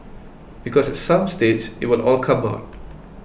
because some stage it will all come out